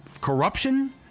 corruption